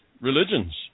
religions